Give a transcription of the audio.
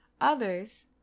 Others